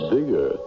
Bigger